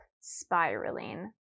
spiraling